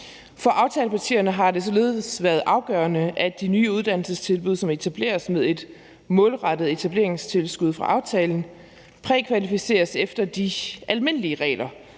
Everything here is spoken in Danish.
For aftalepartierne har det således været afgørende, at de nye uddannelsestilbud, som etableres med et målrettet etableringstilskud fra aftalen, prækvalificeres efter de almindelige regler